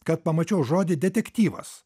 kad pamačiau žodį detektyvas